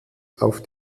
auf